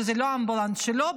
שזה לא אמבולנס שלו,